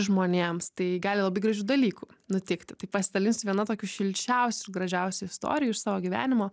žmonėms tai gali labai gražių dalykų nutikti tai pasidalinsiu viena tokių šilčiausių gražiausių istorijų iš savo gyvenimo